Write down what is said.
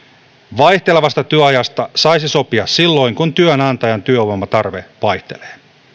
vaihtelevasta työajasta saisi sopia silloin kun työnantajan työvoimatarve vaihtelee